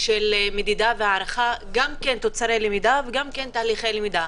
למדידה והערכה, גם תוצרי למידה וגם תהליכי למידה.